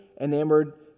enamored